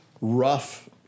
rough